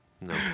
no